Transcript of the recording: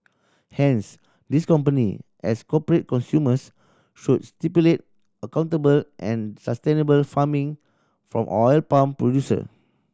hence these company as corporate consumers should stipulate accountable and sustainable farming from oil palm producer